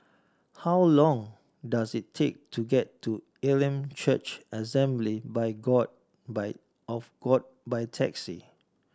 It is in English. how long does it take to get to Elim Church Assembly by God by of God by taxi